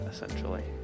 essentially